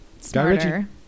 smarter